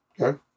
Okay